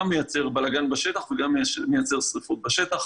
מייצר בלגן בשטח וגם מייצר שריפות בשטח,